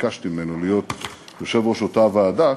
ביקשתי ממנו להיות יושב-ראש אותה ועדה,